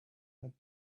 had